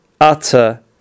utter